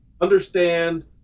understand